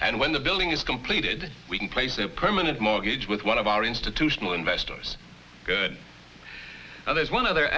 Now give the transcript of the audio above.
and when the building is completed we can place a permanent mortgage with one of our institutional investors and there's one other